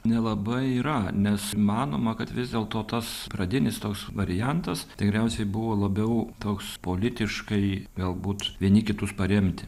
nelabai yra nes manoma kad vis dėlto tas pradinis toks variantas tikriausiai buvo labiau toks politiškai galbūt vieni kitus paremti